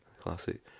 classic